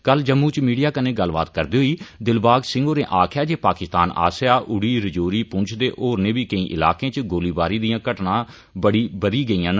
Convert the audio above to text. कल जम्मू च मीडिया कन्नै गल्लबात करदे होई दिलबाग सिंह होरें आखेआ जे पाकिस्तान आसेआ उड़ी रजौरी पुंछ ते होरनें बी केईएं इलाकें च गोलीबारी दिआं घटनां बड़ियां बधी गेईआं न